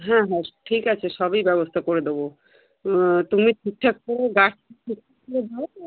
হ্যাঁ হ্যাঁ ঠিক আছে সবই ব্যবস্থা করে দেবো তুমি ঠিকঠাক করে গার্ড ঠিকঠাক করে দাও তো